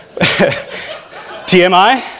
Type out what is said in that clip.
TMI